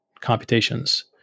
computations